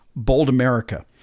boldamerica